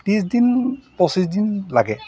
ত্ৰিছ দিন পঁচিছ দিন লাগে